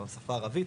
בשפה הערבית,